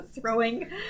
throwing